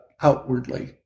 outwardly